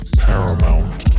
paramount